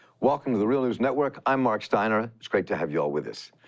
welcome to the real news network. i'm marc steiner. it's great to have you all with us.